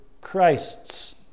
Christ's